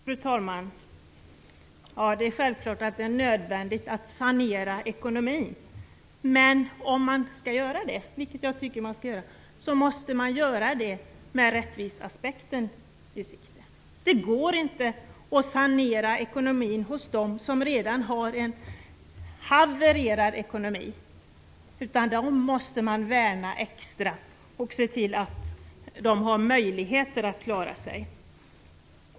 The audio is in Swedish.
Fru talman! Det är självklart att det är nödvändigt att sanera ekonomin. Men om man skall göra det, vilket jag tycker att man skall, måste man göra det med rättviseaspekten i sikte. Det går inte att sanera ekonomin hos dem som redan har en havererad ekonomi. Dem måste man värna extra, och se till de har möjligheter att klara sig.